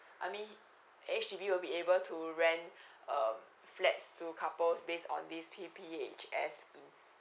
I mean H_D_B will be able to rent um flats to couples based on this P_P_H_S scheme